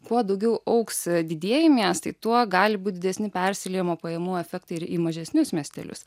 kuo daugiau augs didieji miestai tuo gali būt didesni persiliejimo pajamų efektai ir į mažesnius miestelius